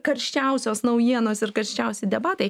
karščiausios naujienos ir karščiausi debatai